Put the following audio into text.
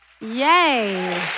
Yay